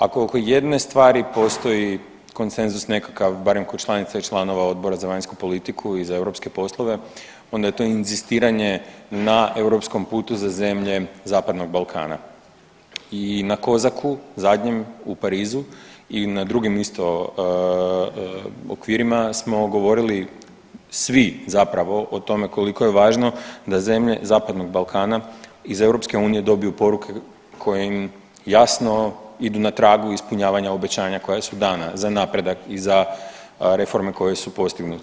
Ako oko jedne stvari postoji konsenzus nekakav barem kod članica i članova Odbora za vanjsku politiku i za europske poslove onda je to inzistiranje na europskom putu za zemlje zapadnog Balkana i na COSAC-u zadnjem u Parizu i na drugim isto okvirima smo govorili svi zapravo o tome koliko je važno da zemlje zapadnog Balkana iz EU dobiju poruke koje im jasno idu na tragu ispunjavanja obećanja koja su dana za napredak i za reforme koje su postignute.